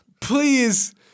please